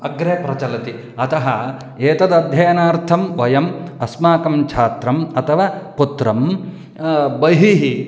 अग्रे प्रचलति अतः एतदध्ययनार्थं वयम् अस्माकं छात्रम् अथवा पुत्रं बहिः